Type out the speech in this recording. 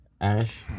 Ash